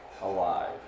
alive